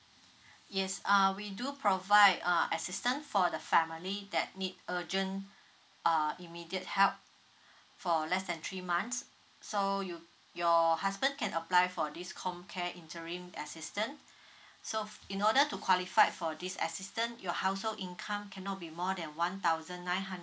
yes uh we do provide uh assistance for the family that need urgent uh immediate help for less than three months so you your husband can apply for this comcare interim assistance so in order to qualified for this assistance your household income cannot be more than one thousand nine hundred